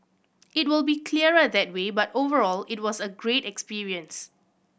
it will be clearer that way but overall it was a great experience